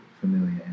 familiar